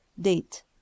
Date